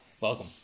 Welcome